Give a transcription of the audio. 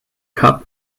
cup